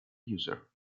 user